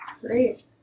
Great